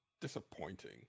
disappointing